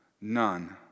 none